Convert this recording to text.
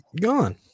gone